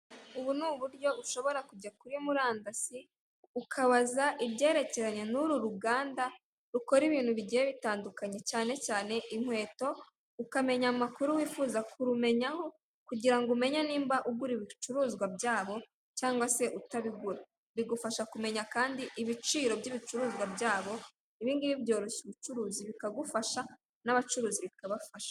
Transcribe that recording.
Ubu ni uburyo ushobora kujya kuri murandasi, ukabaza ibyerekeranye n'uru ruganda rukora ibintu bigiye bitandukanye cyane cyane inkweto, ukamenya amakuru wifuza kurumenyaho kugira ngo umenye nimba ugura ibicuruzwa byabo cyangwa se utabigura. Bigufasha kumenya kandi ibiciro by'ibicuruzwa byabo, ibi ngibi byoroshya ubucuruzi, bikagufasha n'abacuruzi bikabafasha.